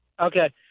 Okay